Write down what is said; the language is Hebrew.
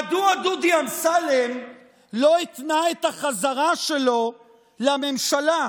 מדוע דודי אמסלם לא התנה את החזרה שלו לממשלה,